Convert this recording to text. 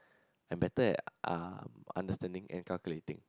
and better um at understanding at calculating